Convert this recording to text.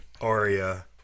Aria